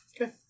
Okay